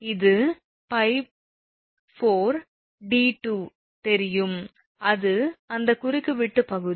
இது 𝜋4𝑑2 தெரியும் அது அந்த குறுக்கு வெட்டு பகுதி